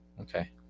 Okay